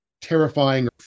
terrifying